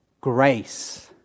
Grace